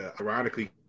ironically